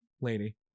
lady